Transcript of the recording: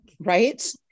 right